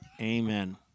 Amen